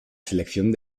selección